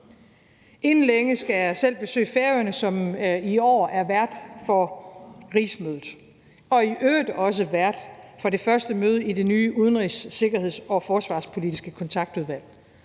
Inden længe skal jeg selv besøge Færøerne, som i år er vært for rigsmødet og i øvrigt også vært for det første møde i det nye Udenrigs-, Sikkerheds- og Forsvarspolitisk Kontaktudvalg